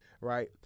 right